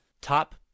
top